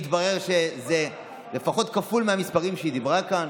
התברר שזה לפחות כפול מהמספרים שהיא דיברה כאן.